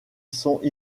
sont